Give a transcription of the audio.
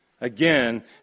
again